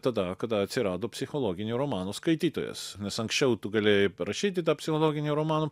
tada kada atsirado psichologinio romano skaitytojas nes anksčiau tu galėjai parašyti tą psichologinį romaną